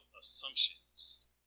assumptions